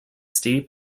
steep